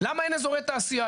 למה אין אזורי תעשיה?